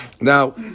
Now